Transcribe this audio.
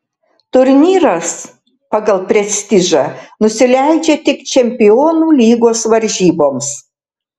turnyras pagal prestižą nusileidžia tik čempionų lygos varžyboms